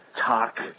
talk